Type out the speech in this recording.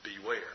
beware